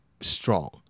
strong